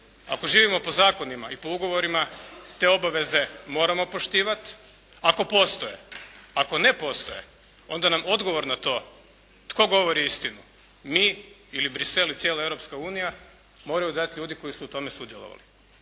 Ako živimo po zakonima i po ugovorima te obaveze moramo poštivati, ako postoje. Ako ne postoje, onda nam odgovor na to tko govori istinu, mi ili Bruxelles i cijela Europska unija, moraju dati ljudi koji su u tome sudjelovali.